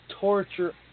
torture